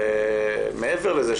מעבר לזה,